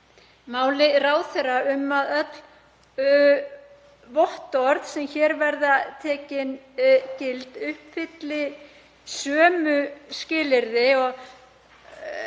máli ráðherra um að öll vottorð sem hér verða tekin gild uppfylli sömu skilyrði.